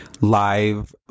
live